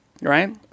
Right